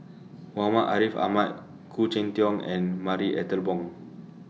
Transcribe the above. Muhammad Ariff Ahmad Khoo Cheng Tiong and Marie Ethel Bong